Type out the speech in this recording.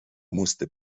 musste